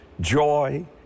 joy